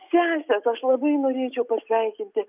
sesės aš labai norėčiau pasveikinti